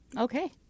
Okay